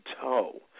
toe